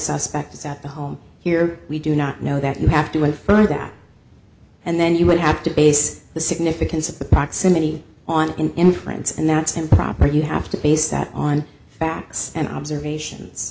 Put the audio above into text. suspect is at the home here we do not know that you have to infer that and then you would have to base the significance of the proximity on an inference and that's improper you have to base that on facts and observations